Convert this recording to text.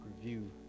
review